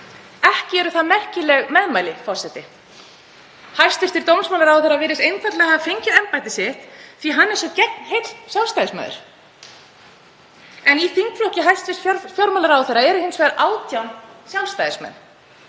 Ekki eru það merkileg meðmæli, forseti. Hæstv. dómsmálaráðherra virðist einfaldlega hafa fengið embætti sitt af því að hann er svo gegnheill Sjálfstæðismaður. En í þingflokki hæstv. fjármálaráðherra eru hins vegar 18 sjálfstæðismenn.